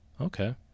okay